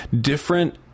different